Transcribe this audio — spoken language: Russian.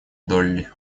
долли